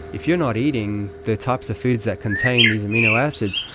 if you are not eating the types of foods that contain these amino acids,